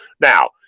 Now